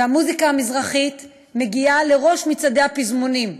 והמוזיקה המזרחית מגיעה לראש מצעדי הפזמונים.